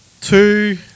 two